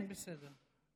כן, בסדר.